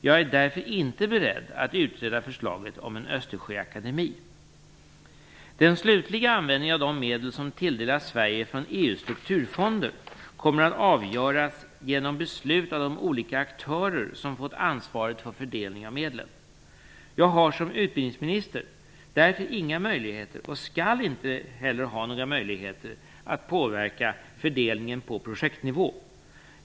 Jag är därför inte beredd att utreda förslaget om en Östersjöakademi. Den slutliga användningen av de medel som tilldelas Sverige från EU:s strukturfonder kommer att avgöras genom beslut av de olika aktörer som fått ansvaret för fördelning av medlen. Jag har som utbildningsminister därför inga möjligheter, och skall inte heller ha några möjliheter, att påverka fördelningen på projektnivå.